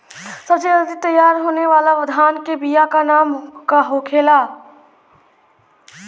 सबसे जल्दी तैयार होने वाला धान के बिया का का नाम होखेला?